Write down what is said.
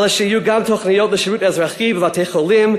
אלא שיהיו גם תוכניות לשירות אזרחי בבתי-חולים,